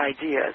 ideas